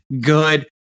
good